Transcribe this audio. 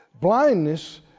Blindness